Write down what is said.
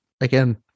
again